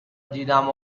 دیدم